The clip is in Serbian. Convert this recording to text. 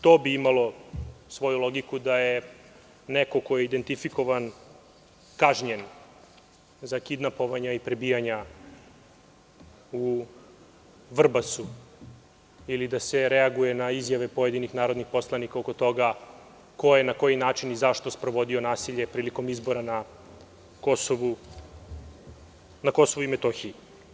To bi imalo svoju logiku da je neko ko je identifikovan kažnjen za kidnapovanja i prebijanja u Vrbasu ili da se reaguje na izjave pojedinih narodnih poslanika oko toga ko je na koji način i zašto sprovodio nasilje prilikom izbora na Kosovu i Metohiji.